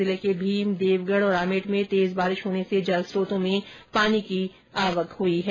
जिले के भीम देवगढ़ और आमेट में तेज बारिश होने से जल चोतों में पानी की आवक हुई है